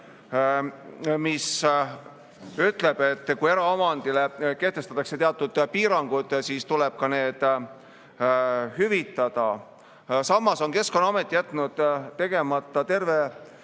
mis ütleb, et kui eraomandile kehtestatakse teatud piirangud, siis tuleb ka need hüvitada. Samas on Keskkonnaamet jätnud tegemata terve